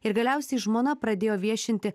ir galiausiai žmona pradėjo viešinti